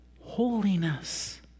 holiness